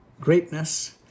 greatness